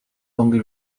only